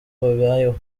babayeho